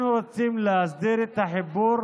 אנחנו רוצים להסדיר את החיבור